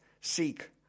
seek